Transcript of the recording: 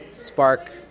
spark